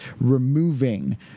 removing